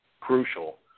crucial